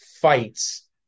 fights